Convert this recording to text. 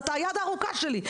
היד הארוכה שלי,